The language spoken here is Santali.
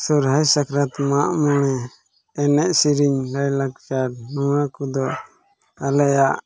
ᱥᱚᱦᱨᱟᱭ ᱥᱟᱠᱨᱟᱛ ᱢᱟᱜ ᱢᱚᱬᱮ ᱮᱱᱮᱡ ᱥᱮᱨᱮᱧ ᱞᱟᱭ ᱞᱟᱠᱪᱟᱨ ᱱᱚᱣᱟ ᱠᱚᱫᱚ ᱟᱞᱮᱭᱟᱜ